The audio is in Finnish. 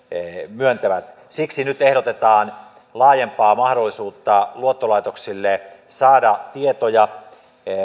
myöntävät siksi nyt ehdotetaan laajempaa mahdollisuutta luottolaitoksille saada tietoja